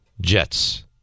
Jets